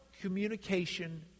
communication